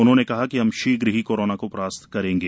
उन्होंने कहा कि हम शीघ्र ही कोरना को परास्त करेंगे